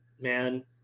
man